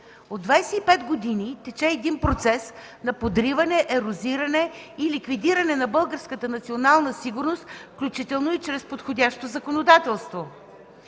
От 25 години тече процес на подриване, ерозиране и ликвидиране на българската национална сигурност, включително и чрез подходящо законодателство.